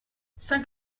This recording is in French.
cinq